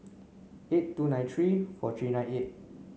eight two nine three four three nine eight